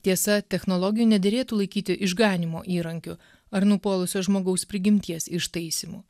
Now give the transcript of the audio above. tiesa technologijų nederėtų laikyti išganymo įrankiu ar nupuolusio žmogaus prigimties ištaisymu